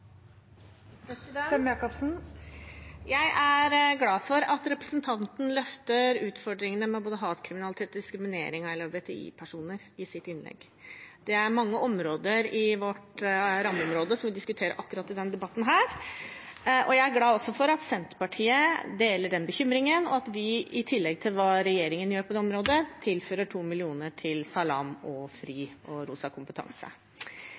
behandlet. Jeg er glad for at representanten løfter fram utfordringene med både hatkriminalitet og diskriminering av LHBTI-personer i sitt innlegg. Det er mange områder i vårt rammeområde vi diskuterer i akkurat denne debatten. Jeg er også glad for at Senterpartiet deler den bekymringen, og at vi i tillegg til det regjeringen gjør på det området, tilfører 2 mill. kr til Salam, FRI og Rosa kompetanse.